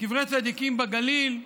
קברי צדיקים בגליל,